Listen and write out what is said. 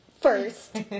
first